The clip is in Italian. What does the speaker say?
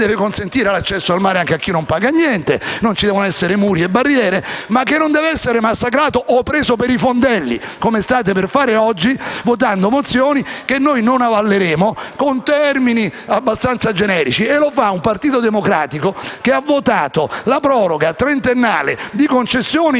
deve consentire l'accesso al mare anche a chi non paga niente (non ci devono essere muri e barriere) ma non deve essere massacrato o preso in giro come state per fare oggi votando mozioni, che noi non avalleremo, contenenti termini abbastanza generici. E lo fa un Partito Democratico che ha votato la proroga trentennale delle concessioni